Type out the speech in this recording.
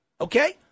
Okay